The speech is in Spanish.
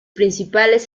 principales